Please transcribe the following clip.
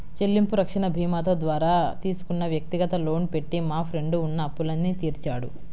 చెల్లింపు రక్షణ భీమాతో ద్వారా తీసుకున్న వ్యక్తిగత లోను పెట్టి మా ఫ్రెండు ఉన్న అప్పులన్నీ తీర్చాడు